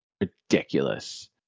ridiculous